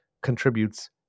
contributes